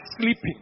sleeping